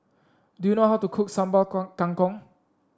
do you know how to cook sambal kong kangkong